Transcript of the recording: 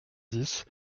dix